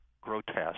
grotesque